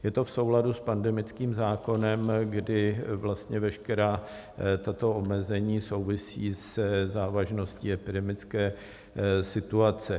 Je to v souladu s pandemickým zákonem, kdy vlastně veškerá tato omezení souvisí se závažností epidemické situace.